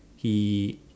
he